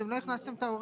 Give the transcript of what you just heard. אתם לא הכנסתם את ההורה,